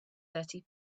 thirty